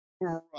Right